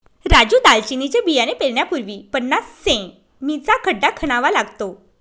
राजू दालचिनीचे बियाणे पेरण्यापूर्वी पन्नास सें.मी चा खड्डा खणावा लागतो